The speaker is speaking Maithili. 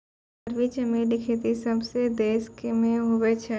अरबी चमेली खेती सभ्भे देश मे हुवै छै